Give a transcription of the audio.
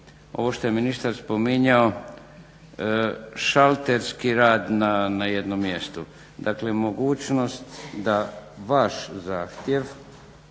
ovo što je ministar spominjao, šalterski rad na jednom mjestu, dakle mogućnost da vaš zahtjev